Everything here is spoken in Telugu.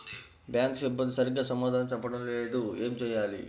బ్యాంక్ సిబ్బంది సరిగ్గా సమాధానం చెప్పటం లేదు ఏం చెయ్యాలి?